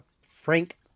frank